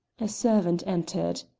a servant entered.